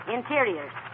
Interiors